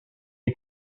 les